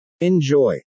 Enjoy